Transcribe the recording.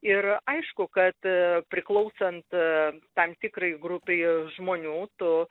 ir aišku kad priklausant tam tikrai grupei žmonių tu